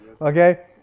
Okay